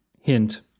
Hint